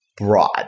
broad